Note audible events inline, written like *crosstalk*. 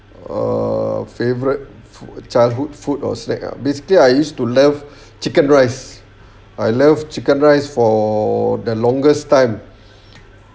err favorite childhood food or snake ah basically I used to love chicken rice I love chicken rice for the longest time *breath*